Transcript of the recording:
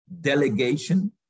delegation